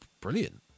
brilliant